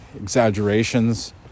exaggerations